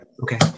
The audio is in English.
Okay